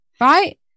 right